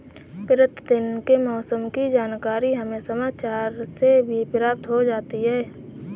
प्रतिदिन के मौसम की जानकारी हमें समाचार से भी प्राप्त हो जाती है